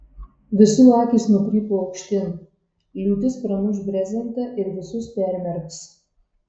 visų akys nukrypo aukštyn liūtis pramuš brezentą ir visus permerks